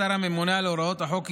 באשר לשר הממונה על הוראות החוק,